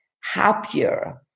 happier